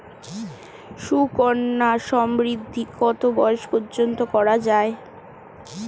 সুকন্যা সমৃদ্ধী কত বয়স পর্যন্ত করা যায়?